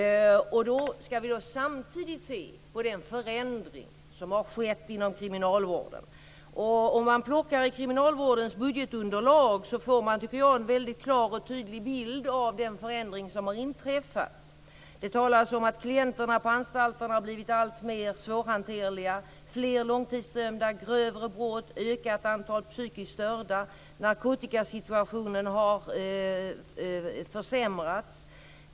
Vi kan samtidigt se på den förändring som har skett inom kriminalvården. Och om man plockar i kriminalvårdens budgetunderlag får man, tycker jag, en väldigt klar och tydlig bild av den förändring som har inträffat. Det talas om att klienterna på anstalterna har blivit alltmer svårhanterliga. Det är fler långtidsdömda, grövre brott, ökat antal psykiskt störda, och narkotikasituationen har försämrats.